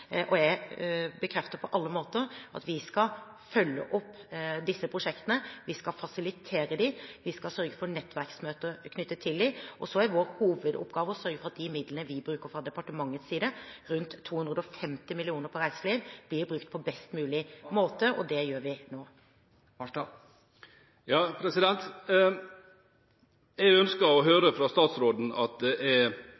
og jeg bekrefter på alle måter at vi skal følge opp disse prosjektene. Vi skal fasilitere dem, vi skal sørge for nettverksmøter knyttet til dem, og så er vår hovedoppgave å sørge for at de midlene vi bruker fra departementets side – rundt 250 mill. kr på reiseliv – blir brukt på best mulig måte, og det gjør vi nå. Jeg ønsker å